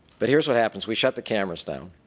but here is what happens. we shut the cameras down.